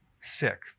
sick